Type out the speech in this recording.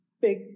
big